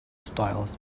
styles